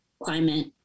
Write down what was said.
climate